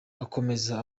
akomeza